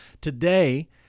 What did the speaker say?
Today